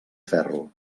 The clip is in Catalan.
ferro